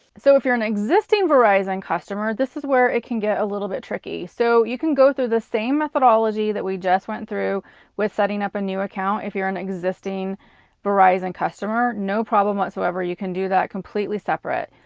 so, if you're an existing verizon customer, this is where it can get a little bit tricky. so, you can go through the same methodology that we just went through with setting up a new account if you're an existing verizon customer no problem whatsoever, you can do that completely separate.